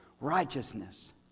righteousness